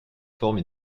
formes